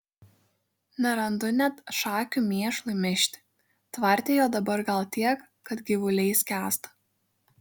nerandu net šakių mėšlui mėžti tvarte jo dabar gal tiek kad gyvuliai skęsta